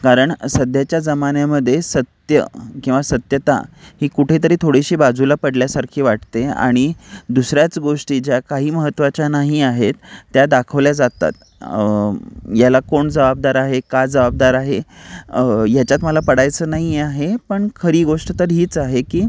कारण सध्याच्या जमान्यामध्ये सत्य किंवा सत्यता ही कुठेतरी थोडीशी बाजूला पडल्यासारखी वाटते आणि दुसऱ्याच गोष्टी ज्या काही महत्त्वाच्या नाही आहेत त्या दाखवल्या जातात याला कोण जवाबदार आहे का जवाबदार आहे ह्याच्यात मला पडायचं नाही आहे पण खरी गोष्ट तर हीच आहे की